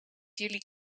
jullie